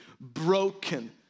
broken